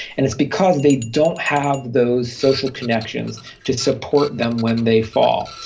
and it's because they don't have those social connections to support them when they fall.